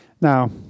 Now